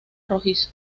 rojizo